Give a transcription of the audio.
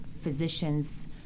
physicians